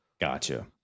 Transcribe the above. Gotcha